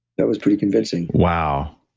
that was pretty convincing wow.